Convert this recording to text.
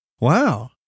Wow